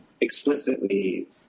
explicitly